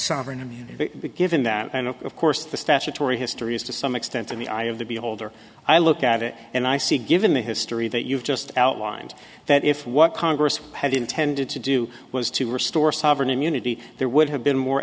sovereign immunity given that i know of course the statutory history is to some extent in the eye of the beholder i look at it and i see given the history that you've just outlined that if what congress had intended to do was to restore sovereign immunity there would have been more